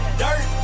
dirt